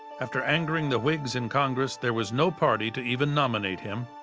after angering the whigs in congress, there was no party to even nominate him.